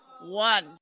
one